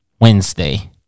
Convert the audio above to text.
Wednesday